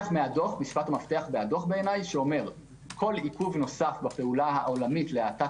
מפתח מהדוח כל עיכוב נוסף בפעולה העולמית להאטת